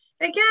again